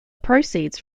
proceeds